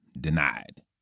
denied